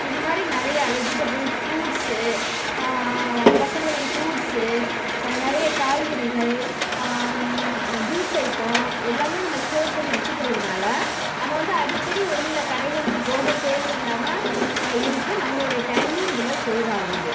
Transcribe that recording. இது மாதிரி நிறையா வெஜிடபுள் ஃப்ரூட்ஸு பசங்களுக்கு ஃப்ரூட்ஸு நிறைய காய்கறிகள் ஜுஸ் ஐட்டம் எல்லாமே நம்ம ஸ்டோர் பண்ணி வச்சிக்கிறதுனால நம்ம வந்து அடிக்கடி வெளியில் கடைகளுக்கு போகத் தேவையில்லாமல் இருக்குது நம்மளோடய டைமும் அதில் சேவ் ஆகுது